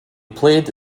played